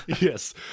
Yes